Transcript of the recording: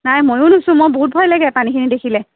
নাই ময়ো নুচুও মোৰো বহুত ভয় লাগে পানীখিনি দেখিলে